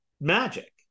magic